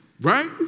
Right